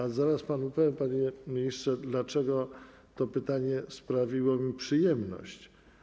I zaraz panu powiem, panie ministrze, dlaczego to pytanie sprawiło mi przyjemność.